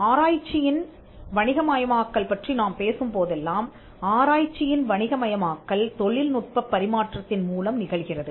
ஆராய்ச்சியின் வணிகமயமாக்கல் பற்றி நாம் பேசும் போதெல்லாம் ஆராய்ச்சியின் வணிகமயமாக்கல் தொழில்நுட்பப் பரிமாற்றத்தின் மூலம் நிகழ்கிறது